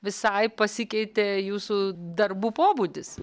visai pasikeitė jūsų darbų pobūdis